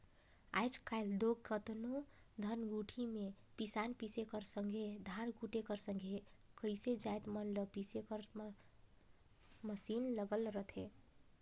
आएज काएल दो केतनो धनकुट्टी में पिसान पीसे कर संघे धान कूटे कर संघे कइयो जाएत मन ल पीसे कर मसीन लगल रहथे